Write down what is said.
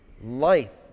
life